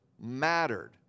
mattered